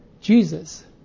Jesus